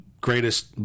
greatest